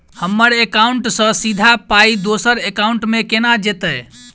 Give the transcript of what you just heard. हम्मर एकाउन्ट सँ सीधा पाई दोसर एकाउंट मे केना जेतय?